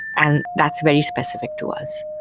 and that's very specific to us.